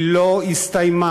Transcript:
היא לא הסתיימה.